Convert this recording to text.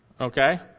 okay